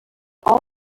all